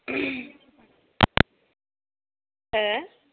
हो